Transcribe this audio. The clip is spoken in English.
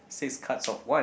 six cards of one